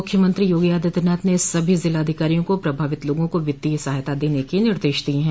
मुख्यमंत्री योगी आदित्यनाथ ने सभी जिला अधिकारियों को प्रभावित लोगों को वित्तीय सहायता देने के निर्देश दिए हैं